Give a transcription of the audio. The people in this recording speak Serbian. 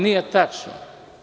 Nije tačno.